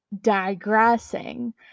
digressing